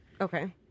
Okay